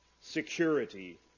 security